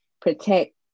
protect